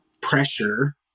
pressure